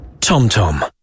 TomTom